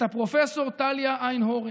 את פרופ' טליה איינהורן.